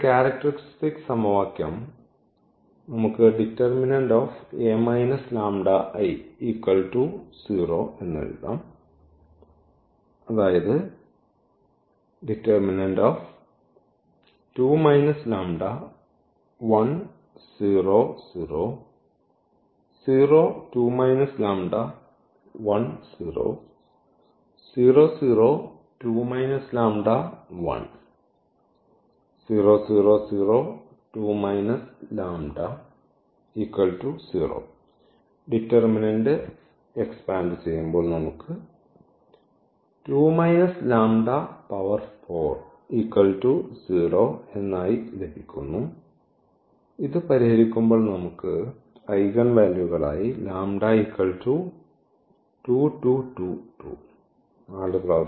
A 2 1 0 0 0 2 1 0 0 0 2 1 0 0 0 2 characteristic സമവാക്യം eigen വാല്യൂകൾ